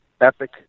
epic